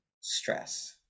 stress